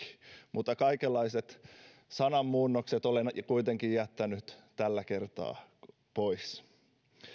mutta kaikenlaiset sananmuunnokset olen kuitenkin jättänyt tällä kertaa pois